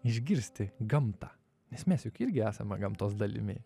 išgirsti gamtą nes mes juk irgi esame gamtos dalimi